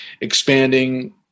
Expanding